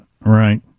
Right